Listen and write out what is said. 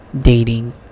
dating